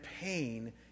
pain